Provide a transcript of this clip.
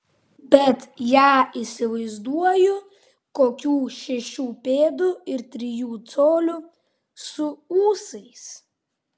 bet ją įsivaizduoju kokių šešių pėdų ir trijų colių su ūsais